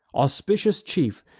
auspicious chief!